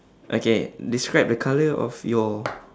okay describe the colour of your